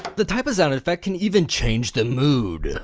the type of sound effect can even change the mood.